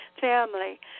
family